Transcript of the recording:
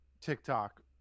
TikTok